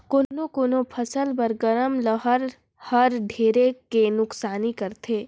कोनो कोनो फसल बर गरम लहर हर ढेरे के नुकसानी करथे